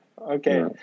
okay